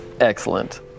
Excellent